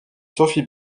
sophie